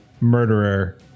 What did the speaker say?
Murderer